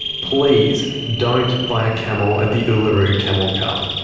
please don't buy a camel at the uluru camel cup.